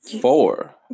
four